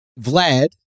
Vlad